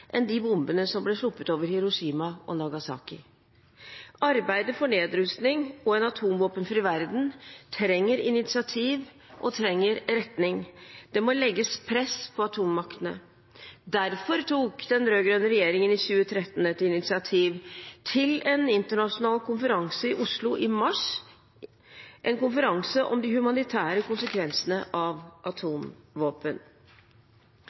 enn de bombene som ble sluppet over Hiroshima og Nagasaki. Arbeidet for nedrustning og en atomvåpenfri verden trenger initiativ og retning. Det må legges press på atommaktene. Derfor tok den rød-grønne regjeringen i mars i 2013 et initiativ til en internasjonal konferanse i Oslo, en konferanse om de humanitære konsekvensene av